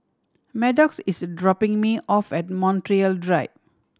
Maddox is dropping me off at Montreal Drive